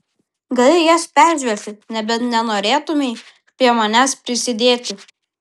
gali jas peržvelgti nebent nenorėtumei prie manęs prisidėti